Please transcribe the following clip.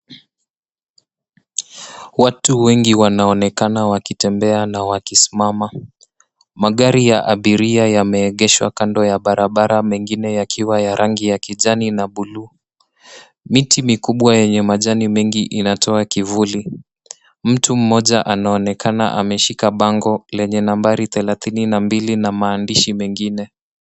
Watu wengi wanaonekana wakitembea na wakisimama. Magari ya abiria yameegeshwa kando ya barabara mengine yakiwa ya rangi ya kijani na buluu. Miti mingi yenye majani inatoa kivuli. Mtu mmoja anaonekana ameshika bango lenye nambari thelethini na mbili na maandishi mengine.